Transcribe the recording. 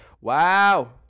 wow